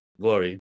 glory